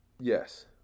Yes